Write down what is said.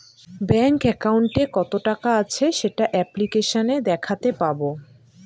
bank একাউন্টে কত টাকা আছে সেটা অ্যাপ্লিকেসনে দেখাতে পাবো